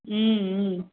ம் ம்